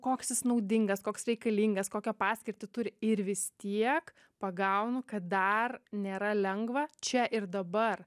koks jis naudingas koks reikalingas kokią paskirtį turi ir vis tiek pagaunu kad dar nėra lengva čia ir dabar